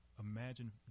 imagine